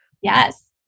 Yes